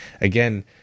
again